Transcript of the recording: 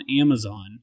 Amazon